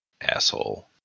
asshole